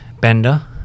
bender